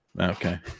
Okay